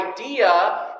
idea